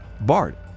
Bart